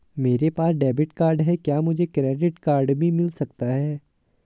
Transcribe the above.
मेरे पास debit card है क्या मुझे क्रेडिट कार्ड भी मिल सकता है?